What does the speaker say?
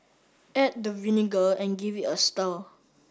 add the vinegar and give it a stir